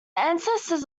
ancestors